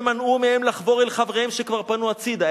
ומנעו מהם לחבור אל חבריהם שכבר פנו הצדה".